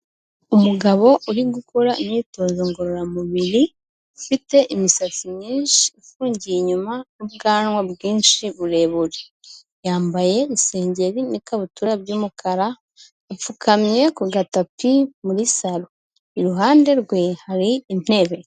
Umugabo uri gukora imyitozo ngororamubiri, ufite imisatsi myinshi ifungiye inyuma n'ubwanwa bwinshi burebure, yambaye isengeri n'ikabutura by'umukara apfukamye ku gatapi muri saro, iruhande rwe hari intebe.